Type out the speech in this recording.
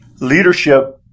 Leadership